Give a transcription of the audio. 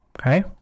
Okay